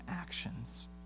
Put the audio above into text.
actions